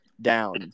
down